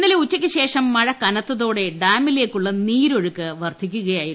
ഇന്നലെ ഉച്ചയ്ക്ക് ശേഷം മഴ കനത്തോടെ ഡാമിലേക്കുള്ള നീരൊഴുക്ക് വർദ്ധിക്കുകയായിരുന്നു